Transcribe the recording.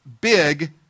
big